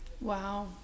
Wow